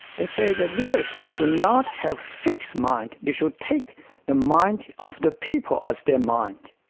and say the leadership should not have fixed mind they should take the mind of the people as their mind.